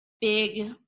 big